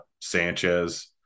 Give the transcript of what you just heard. Sanchez